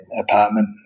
apartment